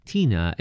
Tina